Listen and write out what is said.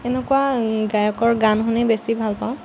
সেনেকুৱা গায়কৰ গান শুনি বেছি ভাল পাওঁ